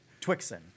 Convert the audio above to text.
Twixen